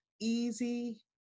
easy